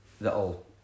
that'll